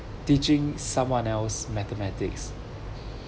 teaching someone else mathematics